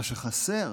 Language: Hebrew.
מה שחסר,